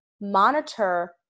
monitor